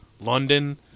London